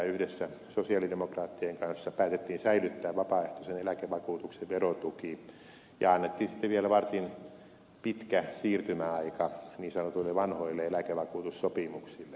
yhdessä sosialidemokraattien kanssa päätettiin säilyttää vapaaehtoisen eläkevakuutuksen verotuki ja annettiin sitten vielä varsin pitkä siirtymäaika niin sanotuille vanhoille eläkevakuutussopimuksille